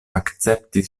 akcepti